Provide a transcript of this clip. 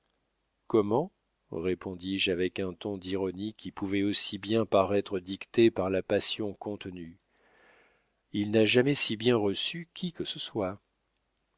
comment répondis-je avec un ton d'ironie qui pouvait aussi bien paraître dicté par la passion contenue il n'a jamais si bien reçu qui que ce soit